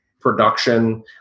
production